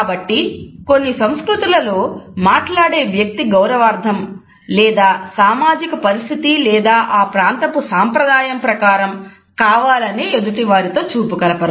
కాబట్టి కొన్ని సంస్కృతులలో మాట్లాడే వ్యక్తి గౌరవార్ధం లేదా సామాజిక పరిస్థితి లేదా ఆ ప్రాంతపు సంప్రదాయం ప్రకారం కావాలని ఎదుటివారితో చూపు కలపరు